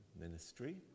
ministry